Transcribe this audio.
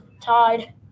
tied